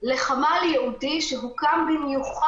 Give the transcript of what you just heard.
כשאין ברירה,